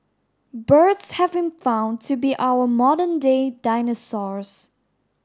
birds have been found to be our modern day dinosaurs